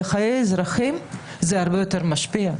על חיי האזרחים בית משפט לתעבורה הרבה יותר משפיע.